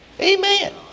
Amen